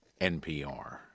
NPR